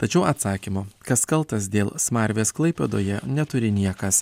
tačiau atsakymo kas kaltas dėl smarvės klaipėdoje neturi niekas